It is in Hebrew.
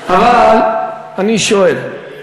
אבל אני שואל,